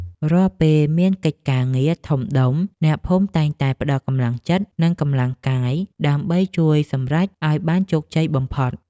រាល់ពេលមានកិច្ចការងារធំដុំអ្នកភូមិតែងតែផ្ដល់កម្លាំងចិត្ត និងកម្លាំងកាយដើម្បីជួយសម្រេចឱ្យបានជោគជ័យបំផុត។